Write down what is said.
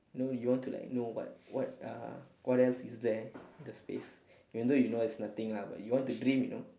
no you want to like know what what uh what else is there in the space even though you know there's nothing lah but you want to dream you know